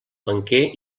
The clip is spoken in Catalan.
banquer